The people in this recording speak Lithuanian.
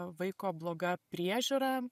vaiko bloga priežiūra